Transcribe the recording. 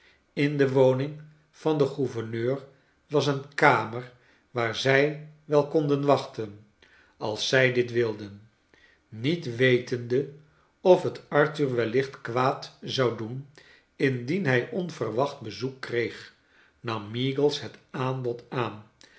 in de woning van den gouverneur was een kamer waar zij wel konden wachten als zij dit wilden met wetende of het arthur wellicht kwaad zou doen indien hij onverwacht bezoek kreeg nam meagles het aanbod aan